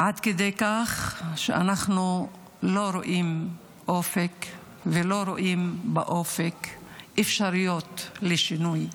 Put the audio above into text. עד כדי כך שאנחנו לא רואים אופק ולא רואים באופק אפשרויות לשינוי.